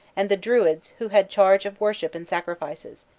and the druids who had charge of worship and sacrifices,